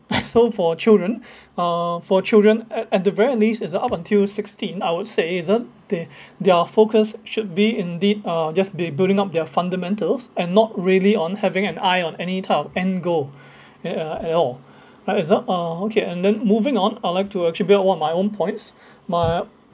so for children uh for children at at the very least is uh up until sixteen I would say is uh they their focus should be indeed uh just be building up their fundamentals and not really on having an eye on any type of end goal uh ya at all right it's uh uh okay and then moving on I'll like to attribute one of my own points my